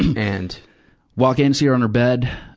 and walk in, see her on her bed.